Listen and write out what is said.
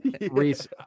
Reese